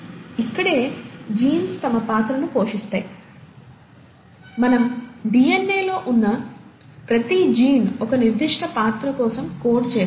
ఇక్కడే జీన్స్ తమ పాత్రను పోషిస్తాయి మన డిఎన్ఏ లో ఉన్న ప్రతి జీన్ ఒక నిర్దిష్ట పాత్ర కోసం కోడ్ చేస్తుంది